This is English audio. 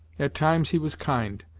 at times he was kind,